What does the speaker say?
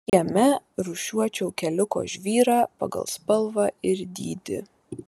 kieme rūšiuočiau keliuko žvyrą pagal spalvą ir dydį